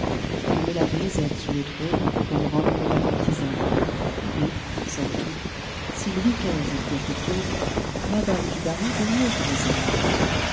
il met la grisette sur le trône comme rome y met la courtisane et somme toute si louis xv est pire que claude madame dubarry vaut mieux que